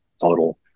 total